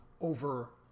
over